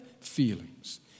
feelings